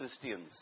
Christians